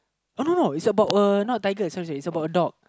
uh no no it's about a not tiger sorry sorry it's about a dog